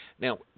now